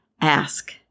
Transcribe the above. ask